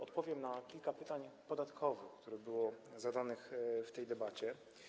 Odpowiem na kilka pytań podatkowych, które były zadane w tej debacie.